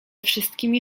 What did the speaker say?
wszystkimi